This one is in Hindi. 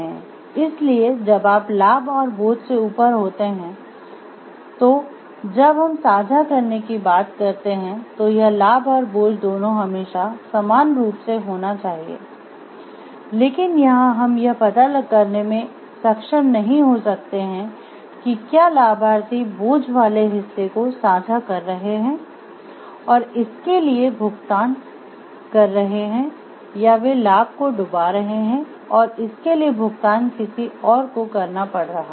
इसलिए जब आप लाभ और बोझ से ऊपर होते हैं तो जब हम साझा करने की बात करते है तो यह लाभ और बोझ दोनों हमेशा समान रूप से होना चाहिए लेकिन यहां हम यह पता करने में सक्षम नहीं हो सकते हैं कि क्या लाभार्थी बोझ वाले हिस्से को साझा कर रहे हैं और इसके लिए भुगतान कर रहे हैं या वे लाभ को डुबा रहे हैं और इसके लिए भुगतान किसी और करना पड़ रहा है